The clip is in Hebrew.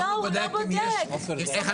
משרד החינוך בודק אם יש, לא, הוא לא בודק.